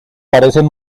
parecen